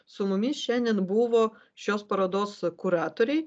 su mumis šiandien buvo šios parodos kuratoriai